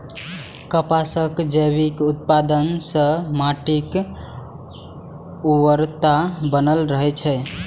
कपासक जैविक उत्पादन सं माटिक उर्वरता बनल रहै छै